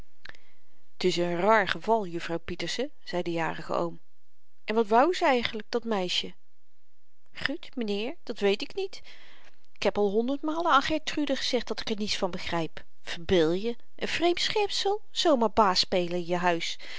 t is een raar geval jufvrouw pieterse zei de jarige oom en wat wou ze eigenlyk dat meisje gut m'nheer dat weet ik niet en ik heb al honderdmaal aan gertrude gezegd dat ik er niets van begryp verbeelje een vreemd schepsel zoo maar baasspelen in je